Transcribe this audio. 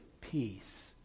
peace